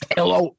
Hello